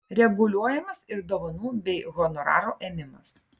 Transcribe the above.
reguliuojamas ir dovanų bei honorarų ėmimas